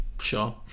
Sure